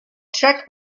track